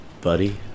buddy